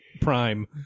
Prime